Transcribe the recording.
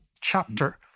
chapter